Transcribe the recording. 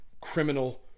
criminal